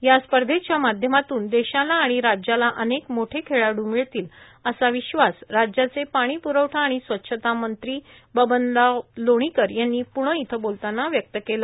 या स्पर्धेच्या माध्यमातून देशाला आणि राज्याला अनेक मोठे खेळाडू मिळतील असा विश्वास राज्याचे पाणी प्रवठा आणि स्वच्छता मंत्री बबनराव लोणीकर यांनी पुणे इथं व्यक्त केलं